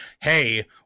hey